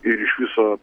ir iš viso